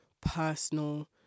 personal